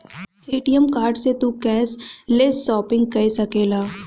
ATM card से तू cashless shopping कई सकेला